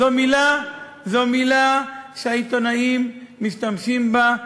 זו מילה שהעיתונאים משתמשים בה,